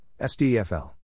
SDFL